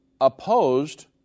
opposed